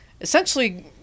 essentially